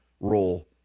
role